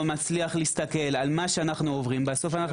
אם אני לא מצליח להסתכל על מה שאנחנו עוברים בסוף,